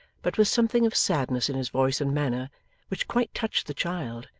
but with something of sadness in his voice and manner which quite touched the child,